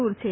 દૂર છે